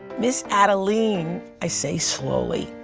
miz adeline, i say slowly.